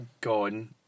gone